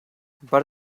but